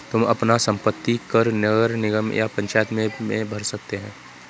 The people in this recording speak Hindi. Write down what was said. तुम अपना संपत्ति कर नगर निगम या पंचायत में भर सकते हो